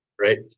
right